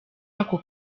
ako